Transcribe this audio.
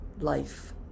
life